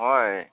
হয়